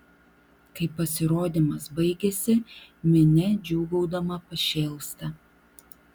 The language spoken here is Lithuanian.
kai pasirodymas baigiasi minia džiūgaudama pašėlsta